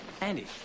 Andy